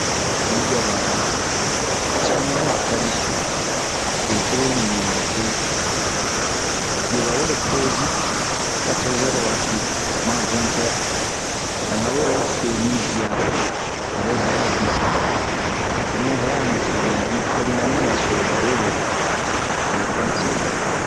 Oyi diya ba ɛspaɲɔla taradisiɔn, be cururu mi base. bio ba wero posi katorzɛre wati ma vɛntɛri ,a ɲan we li fuee mi zia ,a le hɛ'a beza. To bun hɛ'anu sonɛ ,din poromadi so nɛ ba we ro, le pasio.